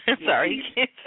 Sorry